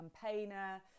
campaigner